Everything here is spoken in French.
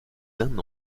d’un